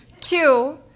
Two